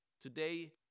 today